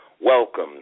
Welcome